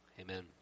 amen